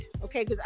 Okay